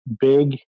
big